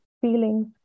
feelings